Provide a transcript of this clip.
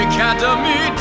Academy